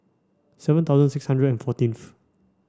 seven thousand six hundred and fourteenth